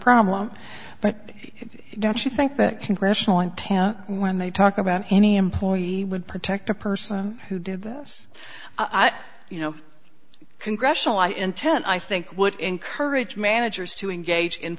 problem but you don't you think that congressional town when they talk about any employee would protect a person who did this you know congressional intent i think would encourage managers to engage in